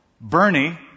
Bernie